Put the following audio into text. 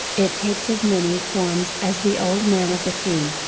it takes as many forms as the old man of the sea,